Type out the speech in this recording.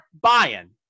buying